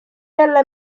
jälle